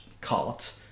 cart